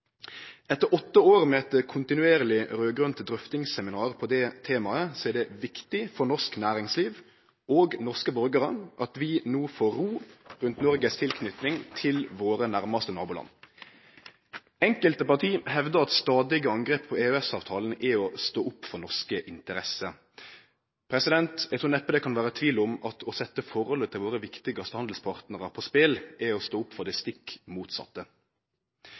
Etter åtte år med eit kontinuerleg raud-grønt drøftingsseminar på dette temaet, er det viktig for norsk næringsliv og norske borgarar at vi no får ro rundt Noregs tilknyting til våre nærmaste naboland. Enkelt parti hevdar at stadige angrep på EØS-avtalen er å stå opp for norske interesser. Eg trur neppe det kan vere tvil om at å setje forholdet til våre viktigaste handelspartnarar på spel, er å stå opp for det stikk motsette.